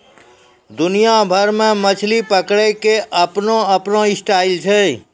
दुनिया भर मॅ मछली पकड़ै के आपनो आपनो स्टाइल छै